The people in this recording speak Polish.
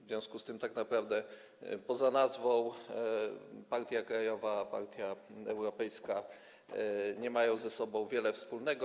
W związku z tym tak naprawdę poza nazwą partia krajowa i partia europejska nie mają ze sobą wiele wspólnego.